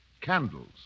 Candles